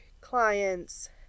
clients